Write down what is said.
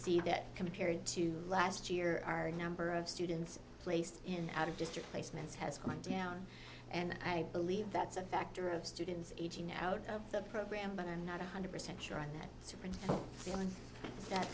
see that compared to last year our number of students placed in out of district placements has come down and i believe that's a factor of students aging out of the program but i'm not one hundred percent sure on that